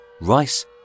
rice